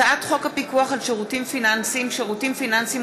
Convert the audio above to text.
הצעת חוק הפיקוח על שירותים פיננסיים (שירותים פיננסיים